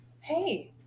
Hey